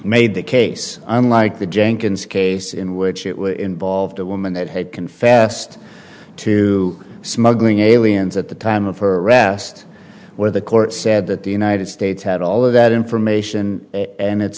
made the case unlike the jenkins case in which it was involved a woman that had confessed to smuggling aliens at the time of her arrest where the court said that the united states had all of that information and it